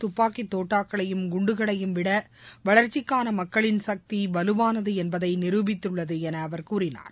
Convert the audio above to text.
துப்பாக்கி தோட்டாக்களையும் குண்டுகளையும் விட வளர்ச்சிக்கான மக்களின் சக்தி வலுவானது என்பதை நிரூபித்துள்ளது என அவர் கூறினார்